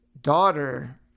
daughter